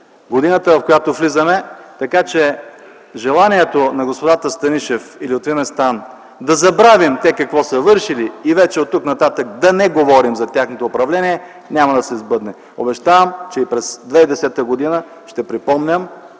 годината, в която влизаме. Така че желанието на господата Станишев и Лютви Местан да забравим те какво са вършили и оттук нататък да не говорим за тяхното управление няма да се сбъдне. Обещавам, че и през 2010 г. ще припомням